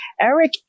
eric